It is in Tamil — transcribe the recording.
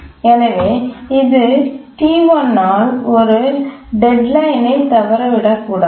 எனவே இது T1 ஆல் ஒரு டெட்லைன் ஐ தவறவிடக்கூடாது